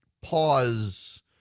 pause